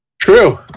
True